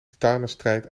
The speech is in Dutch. titanenstrijd